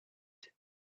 that